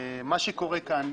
מה שקורה כאן,